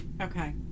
Okay